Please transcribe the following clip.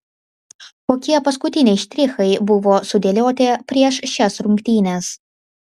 kokie paskutiniai štrichai buvo sudėlioti prieš šias rungtynes